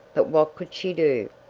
but what could she do?